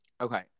Okay